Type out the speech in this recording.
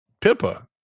Pippa